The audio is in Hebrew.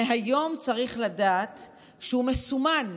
מהיום צריך לדעת שהוא מסומן,